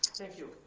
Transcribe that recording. thank you.